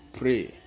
Pray